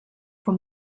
from